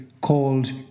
called